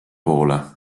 poole